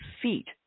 feet